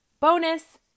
bonus